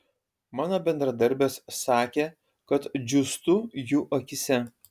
mano bendradarbės sakė kad džiūstu jų akyse